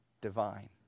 divine